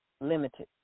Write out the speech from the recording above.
limited